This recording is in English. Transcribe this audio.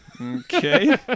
okay